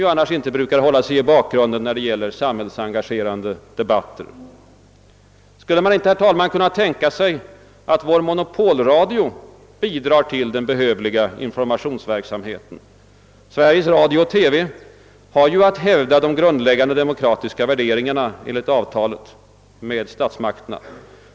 Han brukar ju annars inte hålla sig i bakgrunden, då det gäller samhällsengagerande debatter. Skulle man inte kunna tänka sig att också vår monopolradio bidrar till den behövliga informationsverksamheten? Sveriges radio och TV har ju att hävda de grundläggande demokratiska värderingarna, enligt avtalet med statsmakterna.